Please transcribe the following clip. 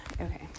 Okay